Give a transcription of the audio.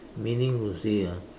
meaning to say ah